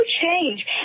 change